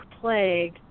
plague